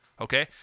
Okay